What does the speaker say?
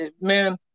man